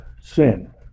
sin